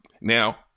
now